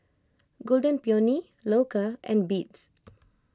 Golden Peony Loacker and Beats